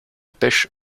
pêche